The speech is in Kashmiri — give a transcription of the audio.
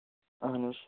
اہن حظ